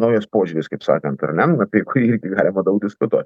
naujas požiūris kaip sakant ar ne apie kuri irgi galima daug diskutuot